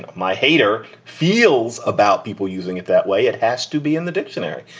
my hater feels about people using it that way, it has to be in the dictionary.